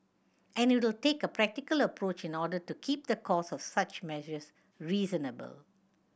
and it will take a practical approach in order to keep the cost of such measures reasonable